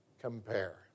compare